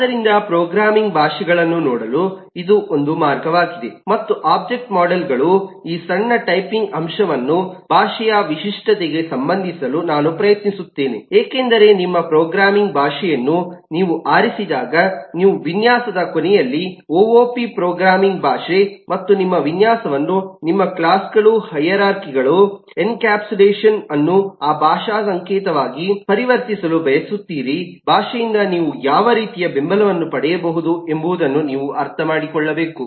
ಆದ್ದರಿಂದ ಪ್ರೋಗ್ರಾಮಿಂಗ್ ಭಾಷೆಗಳನ್ನು ನೋಡಲು ಇದು ಒಂದು ಮಾರ್ಗವಾಗಿದೆ ಮತ್ತು ಓಬ್ಜೆಕ್ಟ್ ಮಾಡೆಲ್ ಗಳ ಈ ಸಣ್ಣ ಟೈಪಿಂಗ್ ಅಂಶವನ್ನು ಭಾಷೆಯ ವಿಶಿಷ್ಟತೆಗೆ ಸಂಬಂಧಿಸಲು ನಾನು ಪ್ರಯತ್ನಿಸುತ್ತೇನೆ ಏಕೆಂದರೆ ನಿಮ್ಮ ಪ್ರೋಗ್ರಾಮಿಂಗ್ ಭಾಷೆಯನ್ನು ನೀವು ಆರಿಸಿದಾಗ ನೀವು ವಿನ್ಯಾಸದ ಕೊನೆಯಲ್ಲಿ ಓಓಪಿ ಪ್ರೋಗ್ರಾಮಿಂಗ್ ಭಾಷೆ ಮತ್ತು ನಿಮ್ಮ ವಿನ್ಯಾಸವನ್ನು ನಿಮ್ಮ ಕ್ಲಾಸ್ಗಳುಹೈರಾರ್ಖಿಗಳು ಎನ್ಕ್ಯಾಪ್ಸುಲೇಷನ್ ಅನ್ನು ಆ ಭಾಷಾ ಸಂಕೇತವಾಗಿ ಪರಿವರ್ತಿಸಲು ಬಯಸುತ್ತೀರಿ ಭಾಷೆಯಿಂದ ನೀವು ಯಾವ ರೀತಿಯ ಬೆಂಬಲವನ್ನು ಪಡೆಯಬಹುದು ಎಂಬುದನ್ನು ನೀವು ಅರ್ಥಮಾಡಿಕೊಳ್ಳಬೇಕು